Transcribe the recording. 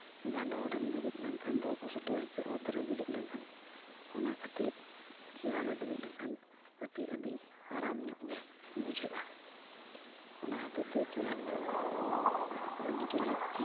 ᱜᱟᱸᱰᱳ ᱨᱮᱢ ᱫᱩᱲᱩᱵ ᱞᱮᱱᱠᱷᱟᱱ ᱫᱚ ᱚᱯᱚᱥᱚᱴᱚ ᱟᱹᱭᱠᱟᱹᱜᱼᱟ ᱚᱛᱨᱮ ᱫᱩᱲᱩᱵ ᱞᱮᱱᱠᱷᱟᱱ ᱚᱱᱟ ᱠᱷᱟᱹᱛᱤᱨ ᱪᱮᱭᱟᱨ ᱨᱮ ᱫᱩᱲᱩᱵ ᱞᱮᱱᱠᱷᱟᱱ ᱠᱟᱹᱴᱤᱡ ᱟᱹᱰᱤ ᱟᱨᱟᱢ ᱧᱚᱜ ᱜᱮ ᱵᱩᱡᱷᱟᱹᱜᱼᱟ ᱚᱱᱟ ᱦᱚᱛᱮᱫ ᱛᱮ ᱪᱮᱭᱟᱨ ᱫᱚ ᱟᱹᱰᱤᱜᱮ ᱞᱟᱹᱠᱛᱤᱭᱟ